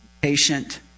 patient